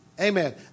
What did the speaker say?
Amen